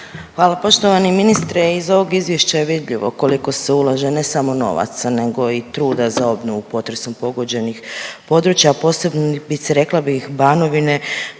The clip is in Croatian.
Hvala. Poštovani ministre iz ovog izvješća je vidljivo koliko se ulaže ne samo novaca nego i truda za obnovu potresom pogođenih područja, a posebice rekla bih Banovine